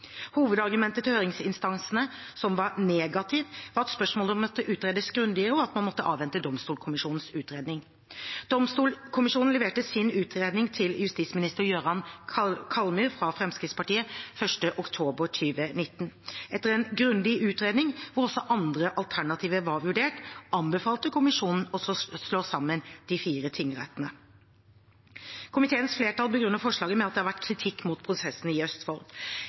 Hovedargumentet til høringsinstansene som var negative, var at spørsmålet måtte utredes grundigere, og at man måtte avvente Domstolkommisjonens utredning. Domstolkommisjonen leverte sin utredning til justisminister Jøran Kallmyr fra Fremskrittspartiet 1. oktober 2019. Etter en grundig utredning, hvor også andre alternativer var vurdert, anbefalte kommisjonen å slå sammen de fire tingrettene. Komiteens flertall begrunner forslaget med at det har vært kritikk mot prosessene i Østfold.